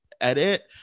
edit